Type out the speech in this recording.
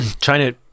china